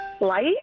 Light